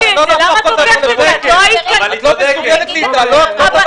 את לא מסוגלת להתעלות?